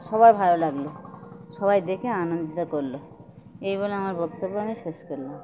সবার ভালো লাগলো সবাই দেখে আনন্দিত করলো এই বলে আমার বক্তব্য আমি শেষ করলাম